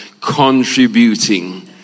contributing